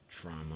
trauma